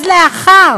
אז לאחר